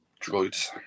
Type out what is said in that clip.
droids